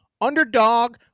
underdog